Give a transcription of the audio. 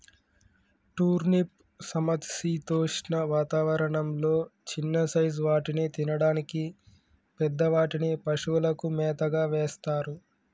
turnip సమశీతోష్ణ వాతావరణం లొ చిన్న సైజ్ వాటిని తినడానికి, పెద్ద వాటిని పశువులకు మేతగా వేస్తారు